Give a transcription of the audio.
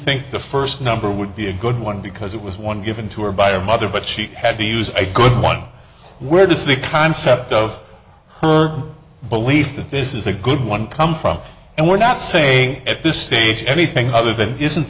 think the first number would be a good one because it was one given to her by a mother but she had to use a good one where does the concept of her belief that this is a good one come from and we're not saying at this stage anything other than